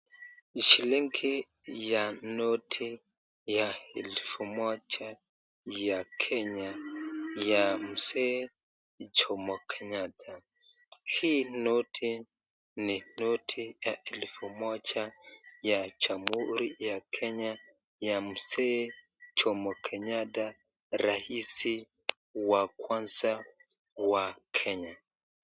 Hii ni shilingi ya noti ya elfu moja ya kenya ya mzee Jomo Kenyatta, hii noti ni noti ya elfu moja ya jamuhuri ya kenya ya mzee Jomo Kenyatta rais wa kwanza wa kenya.